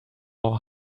more